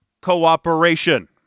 cooperation